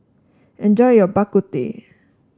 enjoy your Bak Kut Teh